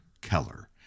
Keller